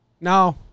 No